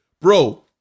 Bro